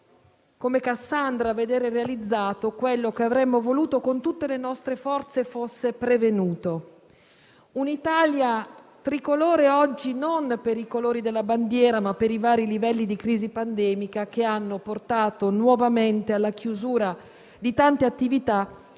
come Cassandra, quanto avremmo voluto con tutte le nostre forze fosse prevenuto: un'Italia tricolore non per i colori della bandiera, ma per i vari livelli di crisi pandemica che hanno portato nuovamente alla chiusura di tante attività,